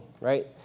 right